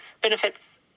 benefits